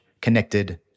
connected